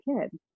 kid